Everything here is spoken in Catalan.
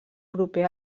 proper